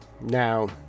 now